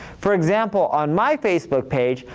for example, on my facebook page,